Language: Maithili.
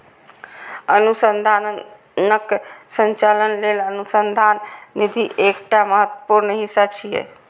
अनुसंधानक संचालन लेल अनुसंधान निधि एकटा महत्वपूर्ण हिस्सा छियै